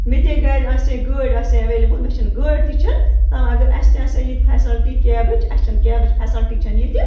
مےٚ تہِ گرِ ہے آسہِ ہا گٲڑۍ آسہِ ایولیبٕل مےٚ چھِنہٕ گٲڑۍ تہِ چھِنہٕ تَہ اگر اَسہِ تہِ آسہِ ہے ییٚتہِ فیسَلٹی کیبٕچ اَسہِ چھَنہٕ کیبٕچ فیسَلٹی چھنہٕ ییٚتہِ